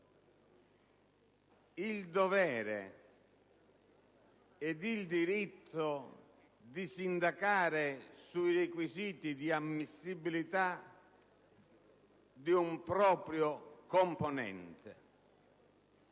il dovere ed il diritto di giudicare dei titoli di ammissione di un proprio componente.